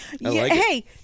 Hey